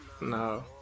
No